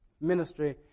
ministry